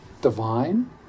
divine